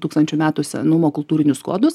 tūkstančių metų senumo kultūrinius kodus